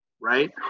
right